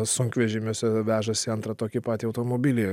sunkvežimiuose vežasi antrą tokį patį automobilį